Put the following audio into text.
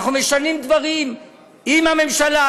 אנחנו משנים דברים עם הממשלה,